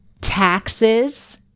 Taxes